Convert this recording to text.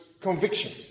conviction